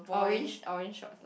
orange orange shorts lah